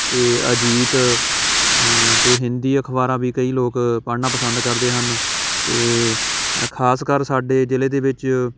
ਅਤੇ ਅਜੀਤ ਅਤੇ ਹਿੰਦੀ ਅਖ਼ਬਾਰਾਂ ਵੀ ਕਈ ਲੋਕ ਪੜ੍ਹਨਾ ਪਸੰਦ ਕਰਦੇ ਹਨ ਅਤੇ ਅ ਖਾਸ ਕਰ ਸਾਡੇ ਜ਼ਿਲ੍ਹੇ ਦੇ ਵਿੱਚ